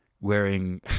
wearing